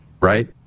right